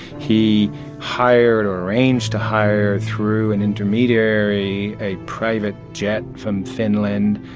he hired or arranged to hire through an intermediary a private jet from finland,